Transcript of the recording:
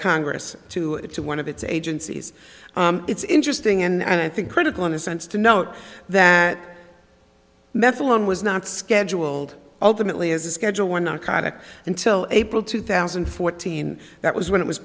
congress to it to one of its agencies it's interesting and i think critical in the sense to note that methyl on was not scheduled ultimately as a schedule one narcotic until april two thousand and fourteen that was when it was